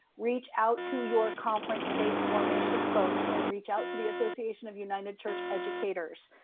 reach out to your conference faith formation folks, and reach out to the association of united church educators.